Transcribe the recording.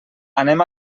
anem